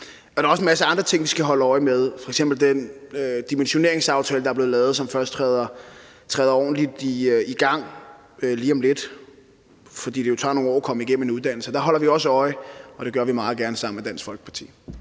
Der er også en masse andre ting, vi skal holde øje med, f.eks. den dimensioneringsaftale, der blev lavet, og som først går ordentligt i gang lige om lidt, fordi det jo tager nogle år at komme igennem en uddannelse. Der holder vi også øje, og det gør vi meget gerne sammen med Dansk Folkeparti.